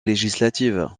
législative